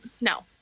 no